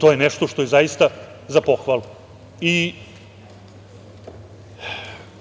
To je nešto što je zaista za pohvalu.